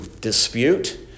dispute